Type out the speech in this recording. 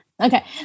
Okay